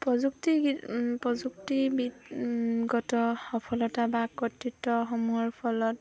প্ৰযুক্তি গীত প্ৰযুক্তিবিদগত সফলতা বা কতৃত্বসমূহৰ ফলত